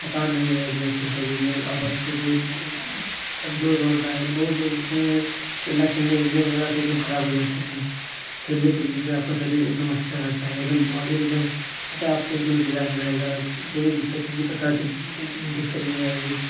थकान नहीं रहेगी आपके शरीर में आप अच्छे से डोल बोल सएंगे बहुत लोग कहते हैं कि न खेलने वेलने वजह से एक दम खराब हो जाते हैं खेलने कूदने से आपका शरीर एक दम अच्छा रहता है एक दम बॉडी भी एक दम मतलब आपको रिलैक्स रहेगा कोई दिक्कत किसी प्रकार की दिक्कत नहीं आएगी